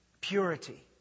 purity